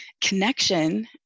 connection